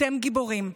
אתם גיבורים.